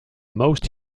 most